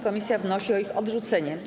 Komisja wnosi o ich odrzucenie.